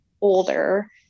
older